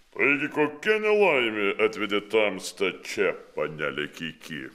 taigi kokia nelaimė atvedė tamstą čia panele kiti